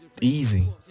Easy